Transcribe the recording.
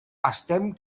estem